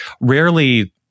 Rarely